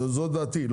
זו דעתי.